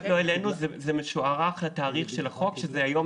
לא העלינו, זה משוערך לתאריך של החוק שזה היום